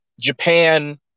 Japan